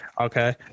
Okay